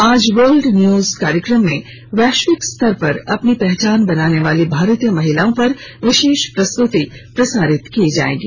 आज world news कार्यक्रम में वैश्विक स्तर पर अपनी पहचान बनाने वाली भारतीय महिलाओं पर विशेष प्रस्तुति प्रसारित की जाएगी